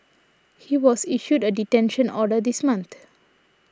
he was issued a detention order this month